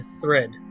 thread